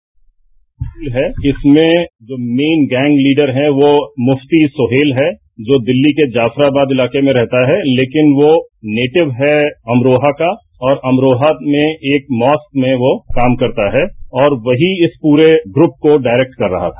जो ये पूरा माड्युल है इसमें जो मेन गैंग लीडर है वो मुफ्ती सुहेल है जो दिल्ली के जाफराबाद इलाके में रहता है लेकिन वो नेटिव है अमरोहा का और अमरोहा में एक मॉस्क् में वो काम करता है और वही इस पूरे युप को डायरेक्ट कर रहा था